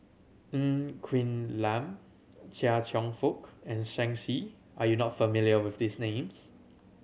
Ng Quee Lam Chia Cheong Fook and Shen Xi are you not familiar with these names